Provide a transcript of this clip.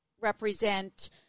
represent